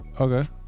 okay